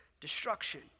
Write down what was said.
destruction